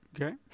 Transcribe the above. Okay